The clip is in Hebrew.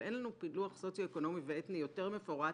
אבל אין לנו פילוח סוציו-אקונומי ואתני יותר מפורט,